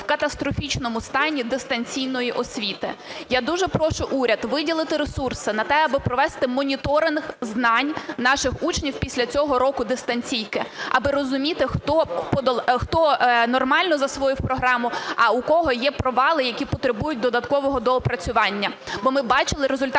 в катастрофічному стані дистанційної освіти. Я дуже прошу уряд виділити ресурси на те, аби провести моніторинг знань наших учнів після цього року дистанційки, аби розуміти, хто нормально засвоїв програму, а у кого є провали, які потребують додаткового доопрацювання. Бо ми бачили результати